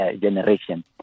generation